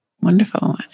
Wonderful